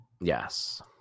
yes